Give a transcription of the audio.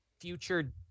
future